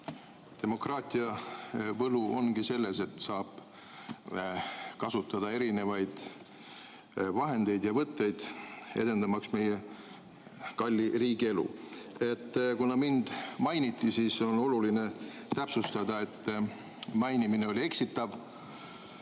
Demokraatia võlu ongi selles, et saab kasutada erinevaid vahendeid ja võtteid edendamaks meie kalli riigi elu. Kuna mind mainiti, siis on oluline täpsustada, et mainimine oli eksitav.